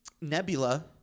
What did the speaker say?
nebula